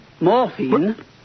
Morphine